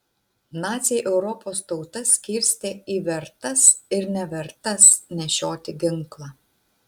naciai europos tautas skirstė į vertas ir nevertas nešioti ginklą